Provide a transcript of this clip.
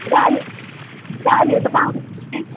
गाडी गाडीहरू त पाउँछ नि